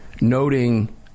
noting